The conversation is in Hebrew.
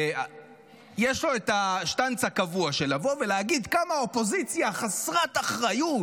ויש לו את השטנץ הקבוע של לבוא ולהגיד כמה האופוזיציה חסרת אחריות,